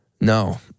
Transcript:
No